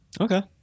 Okay